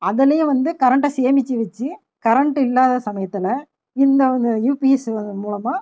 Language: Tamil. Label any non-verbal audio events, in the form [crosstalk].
அதுலையும் வந்து கரண்டை சேமிச்சு வச்சு கரண்டு இல்லாத சமயத்தில் இந்த [unintelligible] யுபிஎஸ் மூலமாக